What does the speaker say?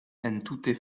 entute